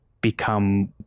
become